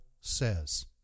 says